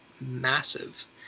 massive